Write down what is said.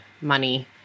money